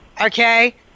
Okay